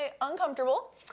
uncomfortable